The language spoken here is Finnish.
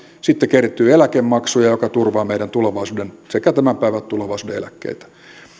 sitten kertyy eläkemaksuja jotka turvaavat meidän sekä tämän päivän että tulevaisuuden eläkkeitä